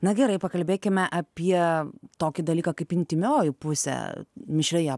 na gerai pakalbėkime apie tokį dalyką kaip intymioji pusė mišrioje